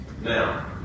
Now